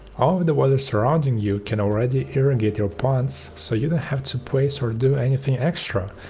all of the water surrounding you can already irrigate your plants so you don't have to place or do anything extra,